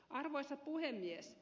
arvoisa puhemies